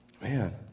man